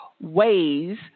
ways